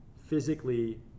physically